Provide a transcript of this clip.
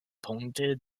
punkte